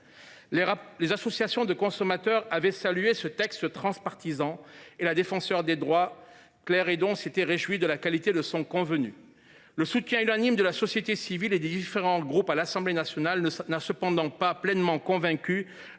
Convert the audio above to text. Les associations de consommateurs avaient salué ce texte transpartisan, et la Défenseure des droits, Claire Hédon, s’était réjouie de sa qualité. Le soutien unanime de la société civile et des différents groupes politiques de l’Assemblée nationale n’a cependant pas pleinement convaincu notre rapporteur, que